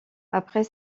après